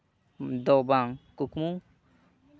ᱫᱚ ᱵᱟᱝ ᱠᱩᱠᱢᱩ